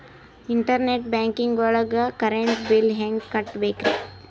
Internet banking ಒಳಗ್ current bill ಹೆಂಗ್ ಕಟ್ಟ್ ಬೇಕ್ರಿ?